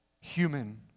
human